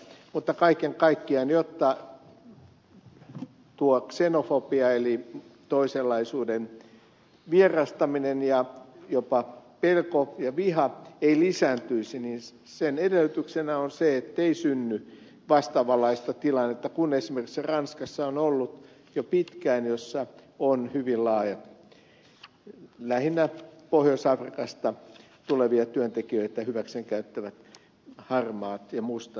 mutta kaiken kaikkiaan jotta tuo ksenofobia eli toisenlaisuuden vierastaminen ja jopa pelko ja viha ei lisääntyisi sen edellytyksenä on se ettei synny vastaavanlaista tilannetta kuin esimerkiksi ranskassa on ollut jo pitkään jossa on hyvin laajat lähinnä pohjois afrikasta tulevia työntekijöitä hyväkseen käyttävät harmaat ja mustat työmarkkinat